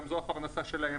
זו הפרנסה גם שלהם,